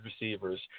receivers